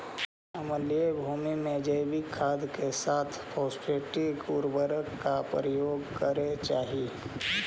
अम्लीय भूमि में जैविक खाद के साथ फॉस्फेटिक उर्वरक का प्रयोग करे चाही